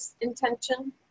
intention